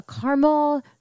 caramel